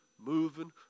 moving